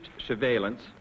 surveillance